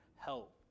help